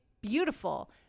beautiful